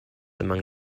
among